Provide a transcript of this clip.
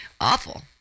Awful